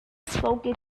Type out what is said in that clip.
focus